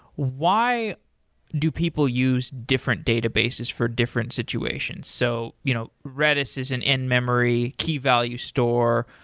why do people use different databases for different situations? so you know redis is an in-memory, key-value store,